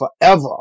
forever